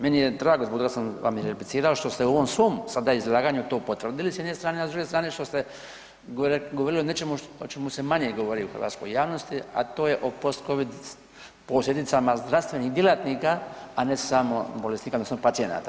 Meni je drago zbog toga sam vam i replicirao što ste u ovom svom sada izlaganju to potvrdili s jedne strane, a druge strane što te govorili o nečemu o čemu se manje govori u hrvatskoj javnosti, a to je o postcovid zdravstvenih djelatnika, a ne samo bolesnika odnosno pacijenata.